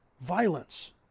Violence